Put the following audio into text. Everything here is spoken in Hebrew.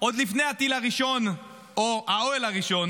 עוד לפני הטיל הראשון או האוהל הראשון